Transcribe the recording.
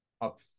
up